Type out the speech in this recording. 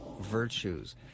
virtues